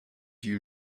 you